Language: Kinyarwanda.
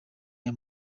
aya